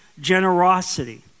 generosity